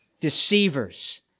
deceivers